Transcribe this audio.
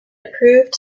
approved